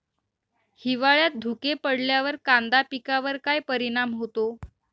हिवाळ्यात धुके पडल्यावर कांदा पिकावर काय परिणाम होतो?